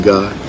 God